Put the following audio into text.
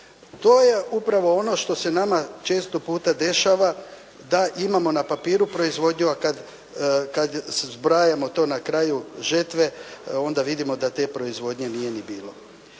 To je upravo ono što se nama često puta dešava da imamo na papiru proizvodnju, a kad zbrajamo to na kraju žetve onda vidimo da te proizvodnje nije ni bilo.